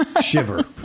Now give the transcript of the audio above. shiver